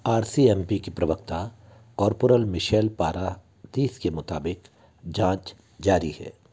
are C M P की प्रवक्ता corporal Michelle Paradis के मुताबिक जाँच जारी है